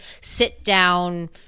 sit-down